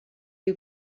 you